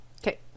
Okay